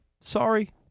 Sorry